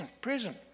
prison